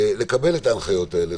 לקבל את ההנחיות האלה,